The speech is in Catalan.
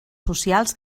socials